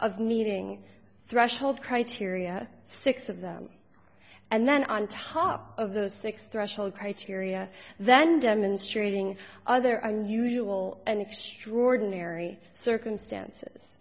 of needing thresholds criteria six of them and then on top of those six threshold criteria then demonstrating other unusual and extraordinary circumstances